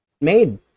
made